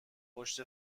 پشت